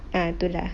ah tu lah